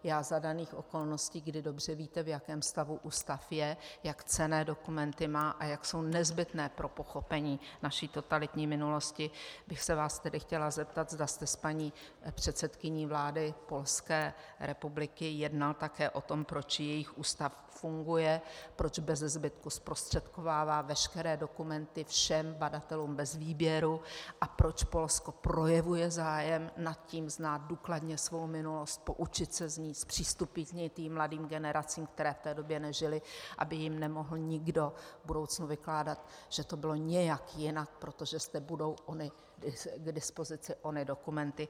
Já za daných okolností, kdy dobře víte, v jakém stavu ústav je, jak cenné dokumenty má a jak jsou nezbytné pro pochopení naší totalitní minulosti, bych se vás tedy chtěla zeptat, zda jste s paní předsedkyní vlády Polské republiky jednal také o tom, proč jejich ústav funguje, proč bezezbytku zprostředkovává veškeré dokumenty všem badatelům bez výběru a proč Polsko projevuje zájem nad tím znát důkladně svou minulost, poučit se z ní, zpřístupnit ji mladým generacím, které v té době nežily, aby jim nemohl nikdo v budoucnu vykládat, že to bylo nějak jinak, protože zde budou k dispozici ony dokumenty.